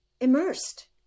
immersed